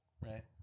right